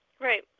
Right